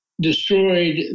destroyed